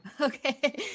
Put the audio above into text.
Okay